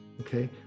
Okay